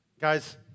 guys